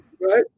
Right